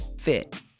fit